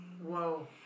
Whoa